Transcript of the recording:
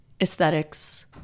aesthetics